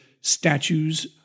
statues